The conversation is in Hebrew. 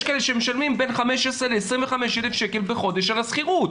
יש כאלה שמשלמים בין 15,000 ל-25,000 בחודש על השכירות,